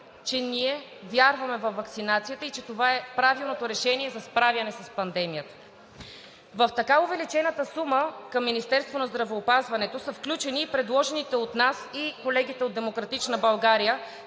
че вярваме във ваксинацията и че това е правилното решение за справяне с пандемията. В така увеличената сума за Министерството на здравеопазването са включени предложените от нас и колегите от „Демократична България“